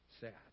sad